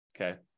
okay